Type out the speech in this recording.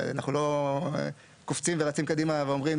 אנחנו לא קופצים ורצים קדימה ואומרים